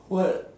what